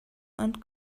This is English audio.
and